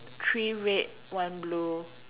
three red one blue